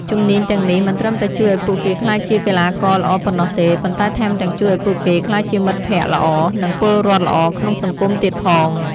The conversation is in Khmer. ជំនាញទាំងនេះមិនត្រឹមតែជួយឱ្យពួកគេក្លាយជាកីឡាករល្អប៉ុណ្ណោះទេ ប៉ុន្តែថែមទាំងជួយឱ្យពួកគេក្លាយជាមិត្តភក្តិល្អ និងពលរដ្ឋល្អក្នុងសង្គមទៀតផង។